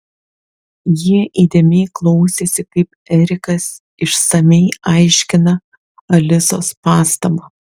jie įdėmiai klausėsi kaip erikas išsamiai aiškina alisos pastabą